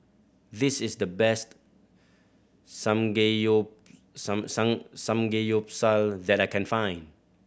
this is the best Samgeyopsal that I can find